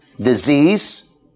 disease